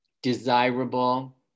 desirable